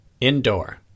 Indoor